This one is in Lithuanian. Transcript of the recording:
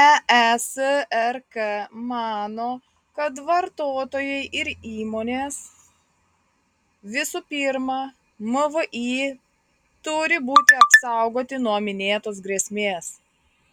eesrk mano kad vartotojai ir įmonės visų pirma mvį turi būti apsaugoti nuo minėtos grėsmės